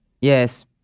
Yes